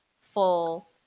full